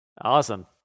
Awesome